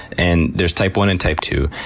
and there's type one and type two.